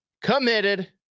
committed